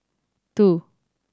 two